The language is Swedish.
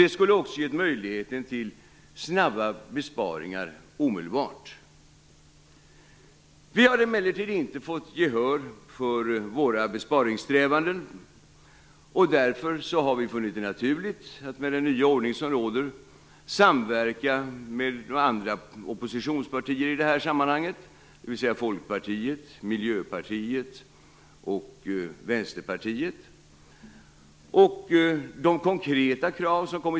Det skulle också gett möjligheten till besparingar omedelbart.